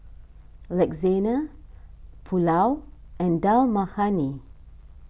Lasagna Pulao and Dal Makhani